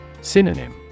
Synonym